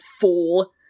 fool